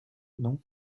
non